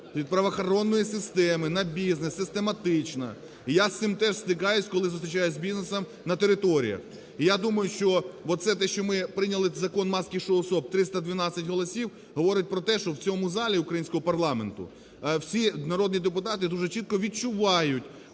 від правоохоронної системи на бізнес систематично. Я з цим теж стикаюсь, коли зустрічаюсь з бізнесом на територіях. І я думаю, що оце те, що ми прийняли Закон "маски-шоу стоп" – 312 голосів, говорить про те, що в цьому залі українського парламенту всі народні депутати дуже чітко відчувають